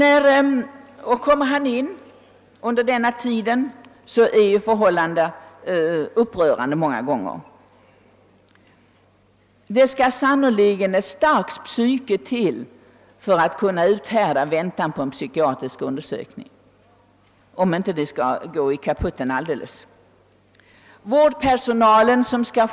Är han häktad är förhållandena många gånger upprörande. Det skall sannerligen ett starkt psyke till för att kunna uthärda väntan på en psykiatrisk undersökning utan att bryta samman.